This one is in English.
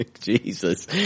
Jesus